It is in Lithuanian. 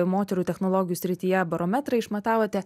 moterų technologijų srityje barometrą išmatavote